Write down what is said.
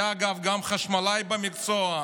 אגב, הוא היה גם חשמלאי במקצועו,